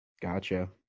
Gotcha